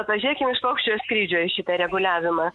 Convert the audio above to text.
pažėkim iš paukščio skrydžio į šitą reguliavimą